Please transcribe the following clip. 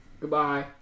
Goodbye